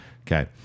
Okay